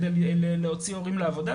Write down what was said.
כדי להוציא הורים לעבודה.